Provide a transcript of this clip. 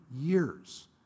years